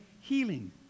healing